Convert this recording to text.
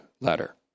letter